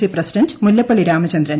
C president Mullappally Ramachandran